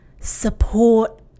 support